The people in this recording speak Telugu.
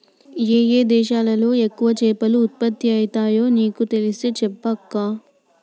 ఏయే దేశాలలో ఎక్కువ చేపలు ఉత్పత్తి అయితాయో నీకు తెలిస్తే చెప్పవ అక్కా